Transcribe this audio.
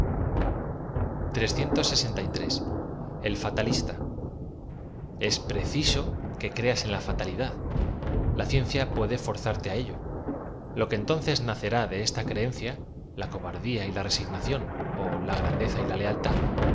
l fatalista es preciso que creas en la fatalidad la ciencia pue de forzarte á ello l o que entonces nacerá de esta creencia ia cobardía y la resignación ó la grandeza y la lealtad